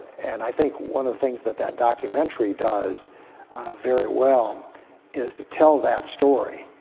and i think one of the things that that documentary does very well is to tell that story.